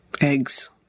Eggs